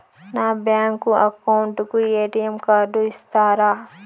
నా bank account కు ATM card ఇస్తారా